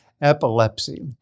epilepsy